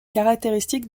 caractéristique